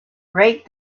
rate